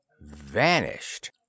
vanished